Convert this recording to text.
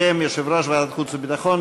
בשם יושב-ראש ועדת החוץ והביטחון,